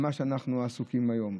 במה שאנחנו עוסקים היום.